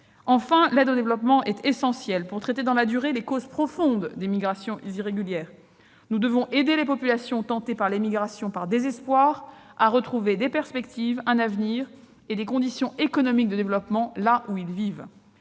Enfin, l'aide publique au développement est essentielle pour traiter dans la durée les causes profondes des migrations irrégulières. Nous devons aider les populations tentées par l'émigration par désespoir à retrouver des perspectives, un avenir et des conditions économiques de développement, là où elles vivent.